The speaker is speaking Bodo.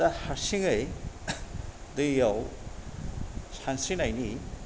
दा हारसिङै दैयाव सानस्रिनायनि